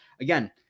Again